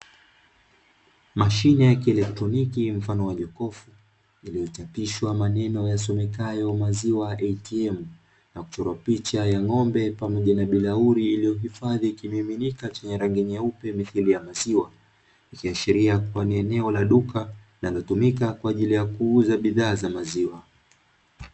Mashine ya kieletroniki mfano wa jokofu, yaliyochapishwa maneno yasomekayo maziwa( ATM) na kuchorwa picha ya ngómbe pamoja na bilauli, inayoifadhi kimiminika chenye rangi nyeupe misiri ya maziwa inayoashiria kuwa ni eneo la duka linalotumika kwaajili ya kuuza bidhaa maziwa.